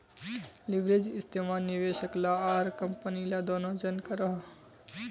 leverage इस्तेमाल निवेशक ला आर कम्पनी ला दनोह जन करोहो